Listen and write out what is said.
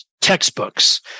textbooks